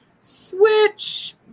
switch